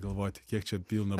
galvoti kiek čia pilna